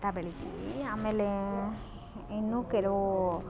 ಭತ್ತ ಬೆಳಿತೀವಿ ಆಮೇಲೆ ಇನ್ನು ಕೆಲವು